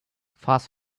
fast